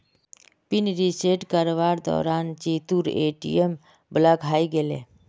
pin reset करवार दौरान जीतूर ए.टी.एम ब्लॉक हइ गेले